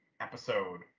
episode